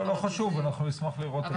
לא חשוב, אנחנו נשמח לראות.